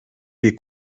bir